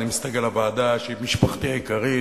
ואני מסתגל לוועדה שהיא משפחתי העיקרית,